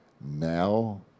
now